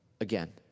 Again